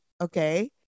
Okay